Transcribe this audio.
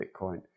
Bitcoin